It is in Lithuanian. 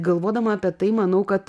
galvodama apie tai manau kad